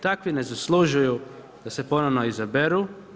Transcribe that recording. Takvi ne zaslužuju da se ponovno izaberu.